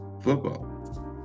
football